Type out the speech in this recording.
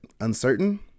uncertain